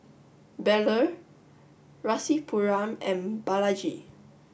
Bellur Rasipuram and Balaji